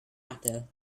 matter